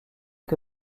que